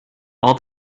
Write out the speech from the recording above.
all